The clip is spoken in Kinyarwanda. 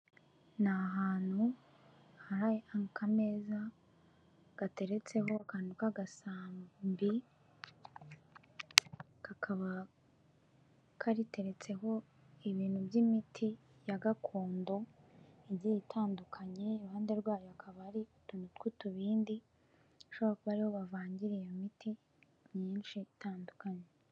Ni ahantu hari akameza gateretseho kantu k'agasambi, kakaba kariteretseho ibintu by'imiti ya gakondo igiye itandukanye. Iruhande rwayo akaba ari utuntu tw'utubindi bashobora kuba ariho bavangira iyo miti myinshi itandukanye.